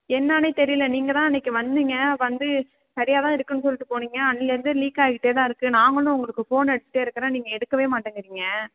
என்னன்னே தெரியலை நீங்கள் தான் அன்றைக்கு வந்தீங்க வந்து சரியாக தான் இருக்குதுன்னு சொல்லிவிட்டு போனீங்க அன்றையிலேருந்தே லீக் ஆகிட்டே தான் இருக்குது நாங்களும் உங்களுக்கு ஃபோன் அடிச்சுக்கிட்டே இருக்கிறேன் நீங்கள் எடுக்கவே மாட்டேங்கிறீங்க